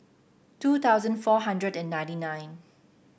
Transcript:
two thousand four hundred and ninety nine